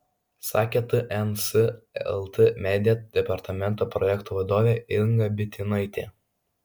sakė tns lt media departamento projektų vadovė inga bitinaitė